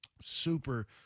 super